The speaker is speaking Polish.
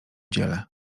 dziele